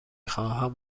خواهم